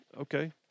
Okay